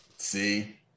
See